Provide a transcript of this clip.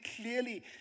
clearly